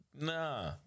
Nah